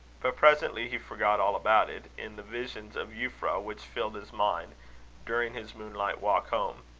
but presently he forgot all about it, in the visions of euphra which filled his mind during his moonlight walk home.